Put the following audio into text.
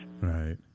Right